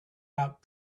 out